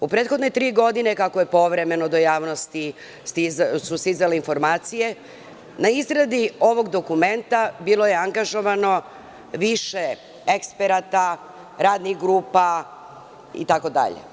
U prethodne tri godine kako su povremeno do javnosti stizale informacije na izradi ovog dokumenta, bilo je angažovano više eksperata, radnih grupa itd.